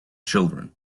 children